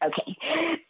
Okay